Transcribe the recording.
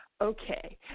okay